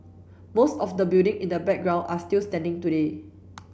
most of the building in the background are still standing today